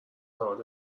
لحاظ